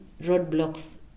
roadblocks